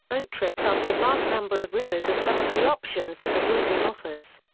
boat trips up the vast number of rivers are some of the options that the region offers.